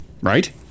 right